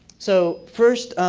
so first,